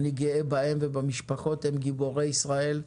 אני גאה בהם ובמשפחות, הם גיבורי ישראל.